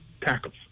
tackles